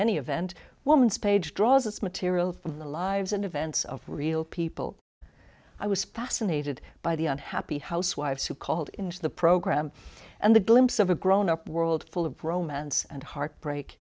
any event woman's page draws its material from the lives and events of real people i was passin aided by the unhappy housewives who called into the program and the glimpse of a grown up world full of romance and heartbreak